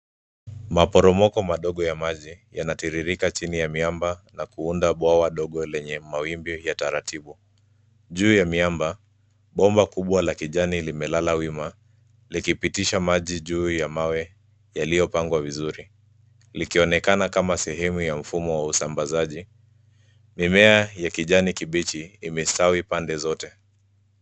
Maporomoko madogo ya maji yanayotiririka chini ya miamba na kuunda bwawa ndogo lenye mawimbi ya taratibu. Juu ya miamba, bomba kubwa la kijani limelala wima likipitisha maji juu ya mawe yaliyopangwa vizuri likionekana kama sehemu ya mfumo wa usambazaji. Mimea ya kijani kibichi imestawi pande zote.